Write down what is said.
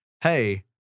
hey